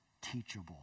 teachable